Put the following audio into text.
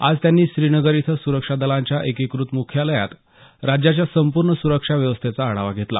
आज त्यांनी श्रीनगर इथं सुरक्षा दलांच्या एकीकृत मुख्यालयात त्यांनी राज्याच्या संपूर्ण सुरक्षा व्यवस्थेचा आढावा घेतला